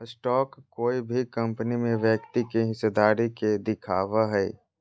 stock कोय भी company में व्यक्ति के हिस्सेदारी के दिखावय हइ